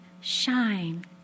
shine